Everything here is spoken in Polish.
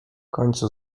końcu